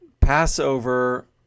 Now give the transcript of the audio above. Passover